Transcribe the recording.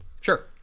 Sure